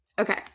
okay